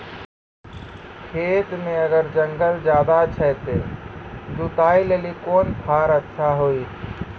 खेत मे अगर जंगल ज्यादा छै ते जुताई लेली कोंन फार अच्छा होइतै?